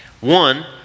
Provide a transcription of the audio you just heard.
One